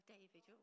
David